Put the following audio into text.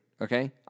okay